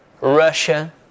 Russia